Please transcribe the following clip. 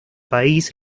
país